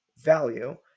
value